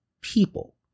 people